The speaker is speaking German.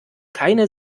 keine